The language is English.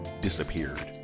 Disappeared